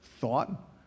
thought